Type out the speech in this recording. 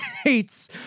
states